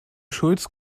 schulz